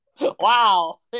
Wow